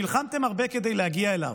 שנלחמתם הרבה כדי להגיע אליו,